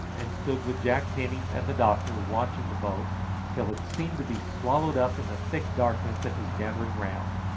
and stood with jack penny and the doctor watching the boat till it seemed to be swallowed up in the thick darkness that was gathering round,